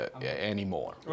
anymore